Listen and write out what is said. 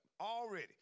Already